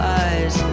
eyes